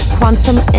Quantum